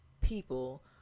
people